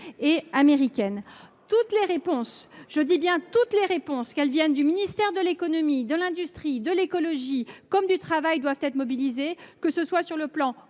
et américaines. Toutes les réponses, je dis bien toutes les réponses, qu’elles viennent des ministères chargés de l’économie, de l’industrie, de l’écologie comme du travail, doivent être mobilisées, que ce soit sur le plan